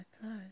close